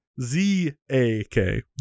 Z-A-K